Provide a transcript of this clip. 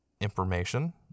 information